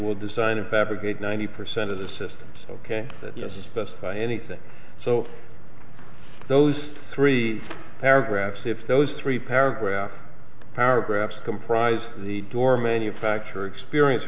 were designing fabricate ninety percent of the systems ok this is best buy anything so those three paragraphs if those three paragraphs paragraphs comprise the door manufacturer experience